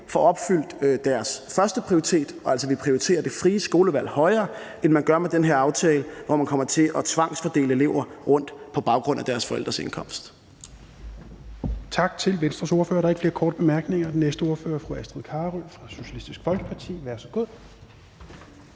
får opfyldt deres førsteprioritet, altså så vi prioriterer det frie skolevalg højere, end man gør med den her aftale, hvor man kommer til at tvangsfordele elever rundt på baggrund af deres forældres indkomst.